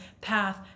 path